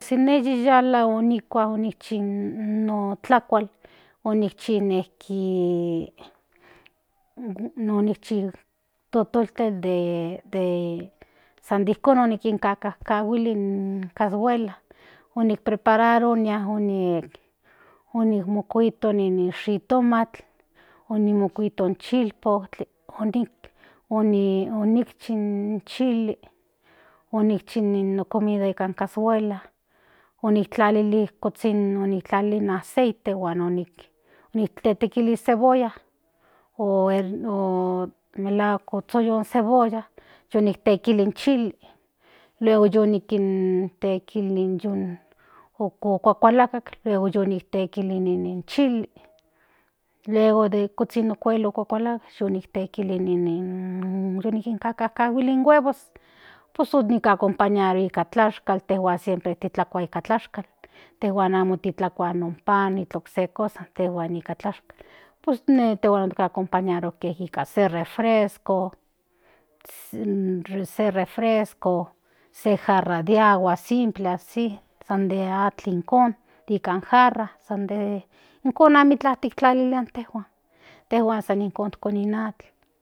Pue ine yiyala onikchi in tlakual onikchi totol de san nikon nikankajkahuili in kashuela onikprepararo nia onikmokuito nini shitomatl onimokuito in chilpotli onikchi in chili onikchi no comida de kancashuela oniktlalili kuzhin in aceite huan nik tetekilis cebolla o melahual otsoyon cebolla yu niktekili in chili luego yu nikintekili yu okuakalakatl luego yu niktekili in chili luego de kuzhin okuel okuakalakatl yi nikintekili yi nikinkajkahuili huevos pues onicompañarua nika ylashkal intejuan siempre tikua nika tlashkal tejuan amo kintlakua pan o okse cosas intejuan nikan tlashkal pues ine intejuan ocompañaro nika se refresco se jarra de agua simple san atl in garrafon nika jarra ijkon amikla kintlalilia intejuan tejuan san nijkon koni atl